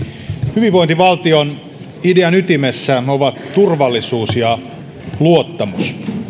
hyvinvointivaltion idean ytimessä ovat turvallisuus ja luottamus